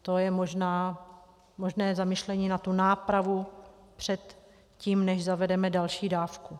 To je možná možné zamyšlení na tu nápravu předtím, než zavedeme další dávku.